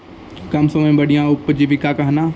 कम समय मे बढ़िया उपजीविका कहना?